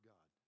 God